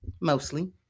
Mostly